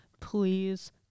please